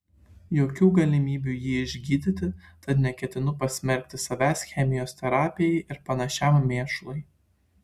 jokių galimybių jį išgydyti tad neketinu pasmerkti savęs chemijos terapijai ir panašiam mėšlui